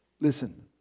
listen